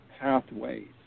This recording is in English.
pathways